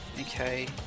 okay